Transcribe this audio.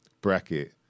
bracket